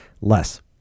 less